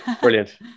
brilliant